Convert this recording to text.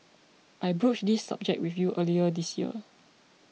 I broached this subject with you early this year